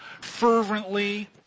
fervently